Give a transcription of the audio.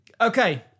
Okay